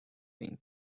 been